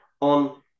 on